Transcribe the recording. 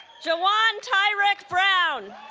jawaun tyrique brown